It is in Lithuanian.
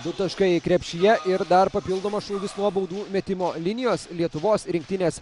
du taškai krepšyje ir dar papildomas šūvis nuo baudų metimo linijos lietuvos rinktinės